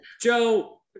Joe